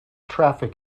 traffic